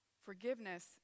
Forgiveness